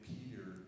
Peter